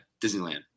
Disneyland